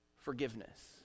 forgiveness